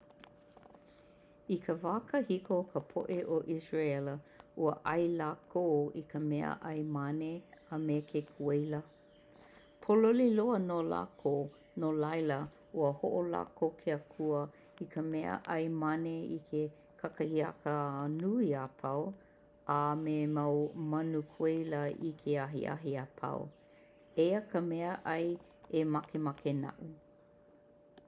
I ka wā kahiko o ka poʻe o Israʻela ua ʻai lākou i ka mea ʻai mane a me ke kuaila. Pōloli loa nō lākou no laila, ua hoʻolako ke Akua i ka mea ʻai mane i ke kakahiaka nui a pau a me mau manu kuaila i ke ahiahi apau. Eia ka mea ʻai e makemake naʻu.